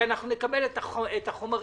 שאנחנו נקבל את החומרים,